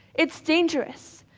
it's dangerous.